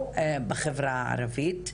בחברה הערבית,